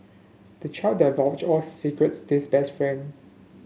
the child divulged all his secrets this best friend